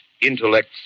intellects